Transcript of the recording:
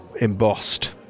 embossed